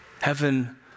heaven